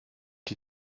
die